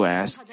ask